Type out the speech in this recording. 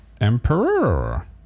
Emperor